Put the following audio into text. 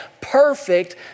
Perfect